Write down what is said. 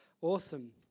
awesome